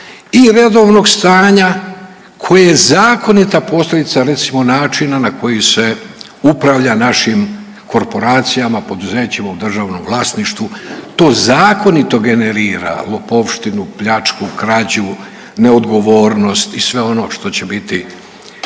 i redovnog stanja koje zakonita … recimo načina na koji se upravlja našim korporacijama, poduzećima u državnom vlasništvu to zakonit generira lopovštinu, pljačku, krađu, neodgovornost i sve ono što će biti